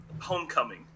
Homecoming